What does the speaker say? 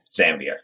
Zambia